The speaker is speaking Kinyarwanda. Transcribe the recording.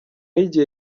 y’igihe